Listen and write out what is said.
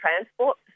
transport